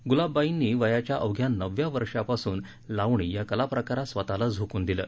गुलाबबाईनी वयाच्या अवघ्या नवव्या वर्षापासून लावणी या कलाप्रकारात स्वतःला झोकून दिलं